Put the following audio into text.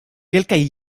kelkaj